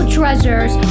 treasures